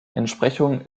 entsprechung